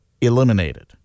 eliminated